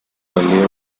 relieve